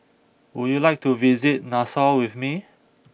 would you like to visit Nassau with me